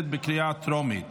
הכנסת,